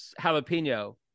jalapeno